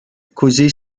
causé